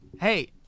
hey